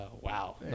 Wow